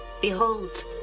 Behold